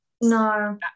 no